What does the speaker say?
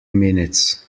minutes